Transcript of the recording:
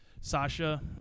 Sasha